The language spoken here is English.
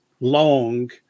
long